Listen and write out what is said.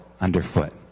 underfoot